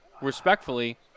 Respectfully